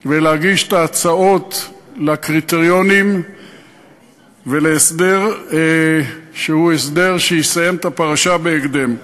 ולהגיש את ההצעות לקריטריונים ולהסדר שיסיים את הפרשה בהקדם.